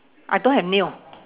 I don't have nail